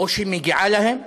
או שמגיעה להם.